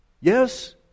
Yes